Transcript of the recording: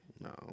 No